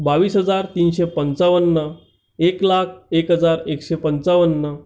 बावीस हजार तीनशे पंचावन्न एक लाख एक हजार एकशे पंचावन्न